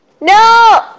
No